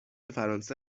فرانسه